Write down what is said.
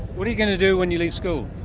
what are you going to do when you leave school?